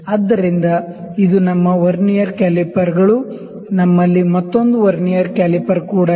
ಆದ್ದರಿಂದ ಇದು ನಮ್ಮ ವರ್ನಿಯರ್ ಕ್ಯಾಲಿಪರ್ಗಳು ನಮ್ಮಲ್ಲಿ ಮತ್ತೊಂದು ವರ್ನಿಯರ್ ಕ್ಯಾಲಿಪರ್ ಕೂಡ ಇದೆ